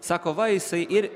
sako va jisai ir